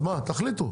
תחליטו.